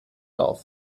auf